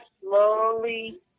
slowly